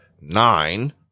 nine